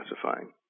classifying